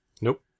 nope